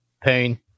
Pain